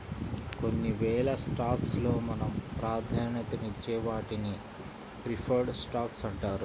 కొన్నివేల స్టాక్స్ లో మనం ప్రాధాన్యతనిచ్చే వాటిని ప్రిఫర్డ్ స్టాక్స్ అంటారు